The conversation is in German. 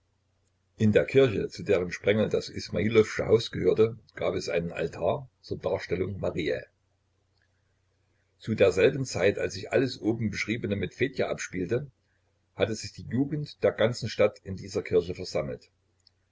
in der kirche zu deren sprengel das ismailowsche haus gehörte gab es einen altar zur darstellung mariä zu derselben zeit als sich alles oben beschriebene mit fedja abspielte hatte sich die jugend der ganzen stadt in dieser kirche versammelt